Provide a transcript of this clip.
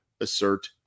assert